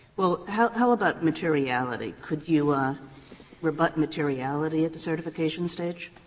well, how how about materiality? could you ah rebut materiality at the certification stage?